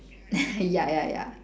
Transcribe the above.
ya ya ya